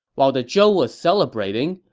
while the zhou was celebrating,